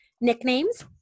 nicknames